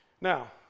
Now